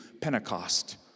Pentecost